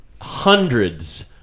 hundreds